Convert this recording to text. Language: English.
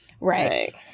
right